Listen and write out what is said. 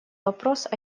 вопрос